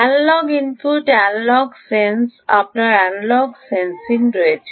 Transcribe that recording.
analogue input analog sense আপনার analog sensing রয়েছে